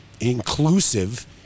inclusive